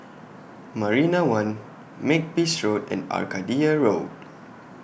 Marina one Makepeace Road and Arcadia Road